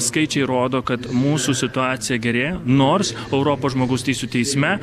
skaičiai rodo kad mūsų situacija gerėja nors europos žmogaus teisių teisme